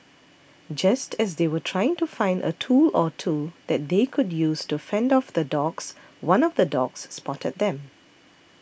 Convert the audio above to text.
just as they were trying to find a tool or two that they could use to fend off the dogs one of the dogs spotted them